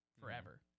forever